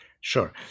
Sure